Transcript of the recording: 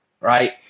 right